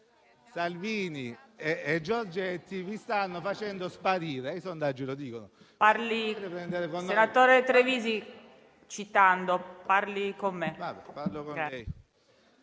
Salvini e Giorgetti, vi stanno facendo sparire e i sondaggi lo dicono. *(Commenti)*.